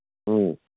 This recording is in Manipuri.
ꯎꯝ